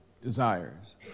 desires